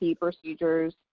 procedures